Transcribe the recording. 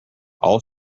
all